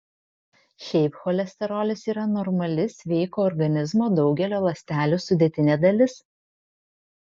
šiaip cholesterolis yra normali sveiko organizmo daugelio ląstelių sudėtinė dalis